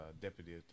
deputy